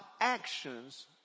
actions